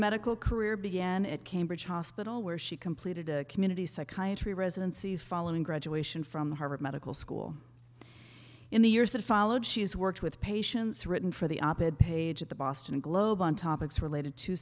medical career began at cambridge hospital where she completed a community psychiatry residency following graduation from harvard medical school in the years that followed she's worked with patients written for the op ed page at the boston globe on topics related to